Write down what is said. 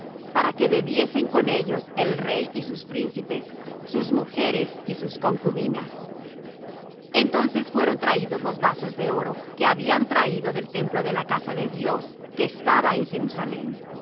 para que bebiesen con ellos el rey y sus príncipes sus mujeres y sus concubinas entonces fueron traídos los vasos de oro que habían traído del templo de la casa de dios que estaba en jerusalem